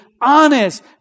honest